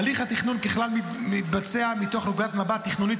הליך התכנון ככלל מתבצע מתוך נקודת מבט תכנונית